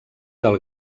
del